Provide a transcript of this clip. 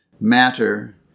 matter